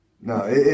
No